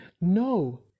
No